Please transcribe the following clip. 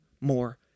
more